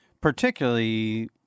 particularly